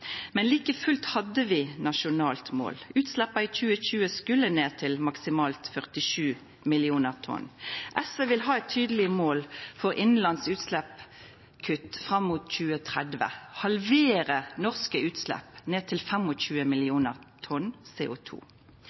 men like fullt hadde vi nasjonalt mål. Utsleppa i 2020 skulle ned til maksimalt 47 millionar tonn. SV vil ha eit tydeleg mål for innanlands utsleppskutt fram mot 2030 og halvera norske utslepp ned til 25 millionar tonn